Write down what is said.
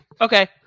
Okay